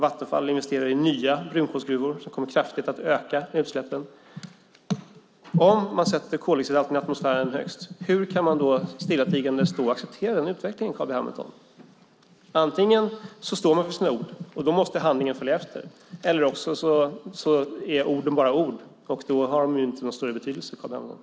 Vattenfall investerar i nya brunkolsgruvor som kommer att öka utsläppen kraftigt. Om det viktigaste är att sänka koldioxidhalten i atmosfären, hur kan man då stillatigande acceptera den utvecklingen, Carl B Hamilton? Antingen står man för sitt ord, och då måste handlingen följa efter. Annars är orden bara ord, och då har de inte någon större betydelse, Carl B Hamilton.